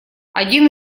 один